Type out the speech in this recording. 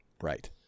Right